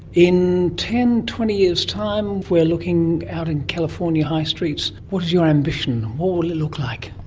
in ten, twenty years' time if we're looking out at california high streets, what is your ambition? what will it look like?